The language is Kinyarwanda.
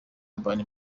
urban